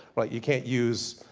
like you can't use,